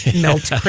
melt